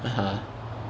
(uh huh)